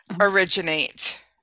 originate